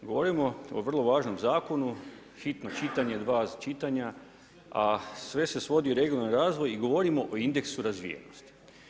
Govorimo o vrlo važnom zakonu, hitno čitanje, dva čitanja a sve se svodi na regionalni razvoj i govorimo o indeksu razvijenosti.